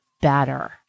better